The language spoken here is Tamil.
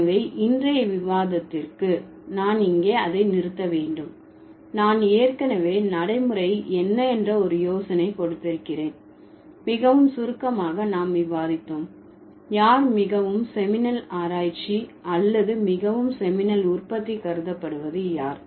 எனவே இன்றைய விவாதத்திற்கு நான் இங்கே அதை நிறுத்த வேண்டும் நான் ஏற்கனவே நடைமுறை என்ன என்ற ஒரு யோசனை கொடுத்திருக்கிறேன் மிகவும் சுருக்கமாக நாம் விவாதித்தோம் யார் மிகவும் செமினல் ஆராய்ச்சி அல்லது மிகவும் செமினல் உற்பத்தி கருதப்படுவது யார்